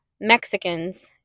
Mexicans